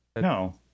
no